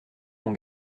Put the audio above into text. mon